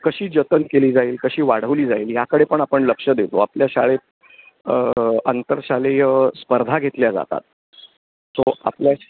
कशी जतन केली जाईल कशी वाढवली जाईल ह्याकडे पण आपण लक्ष देतो आपल्या शाळेत अंतरशालेय स्पर्धा घेतल्या जातात सो आपल्या